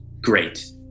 Great